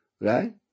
Right